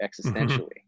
existentially